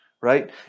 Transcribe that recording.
right